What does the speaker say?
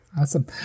awesome